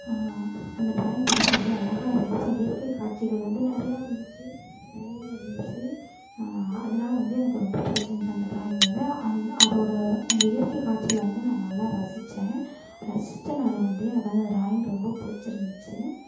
அந்த ட்ராயிங் வந்து அவ்வளோ அழகாக இருந்திச்சு இயற்கை காட்சிகள் வந்து நிறையா இருந்திச்சு நிறையா இருந்திச்சு அதனால வந்து எனக்கு ரொம்ப பிடிச்சிருந்துச்சி அந்த ட்ராயிங் வந்து அந் அதோடய அந்த இயற்கை காட்சிகளை வந்து நான் நல்லா ரசித்தேன் ரசித்தனால வந்து எனக்கு அந்த ட்ராயிங் ரொம்ப பிடிச்சிருந்திச்சி